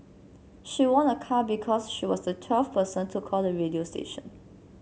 she won a car because she was the twelfth person to call the radio station